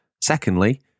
Secondly